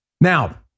Now